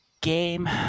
game